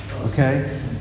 Okay